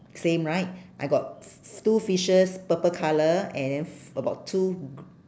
same right I got f~ f~ two fishes purple colour and f~ about two gr~